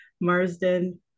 Marsden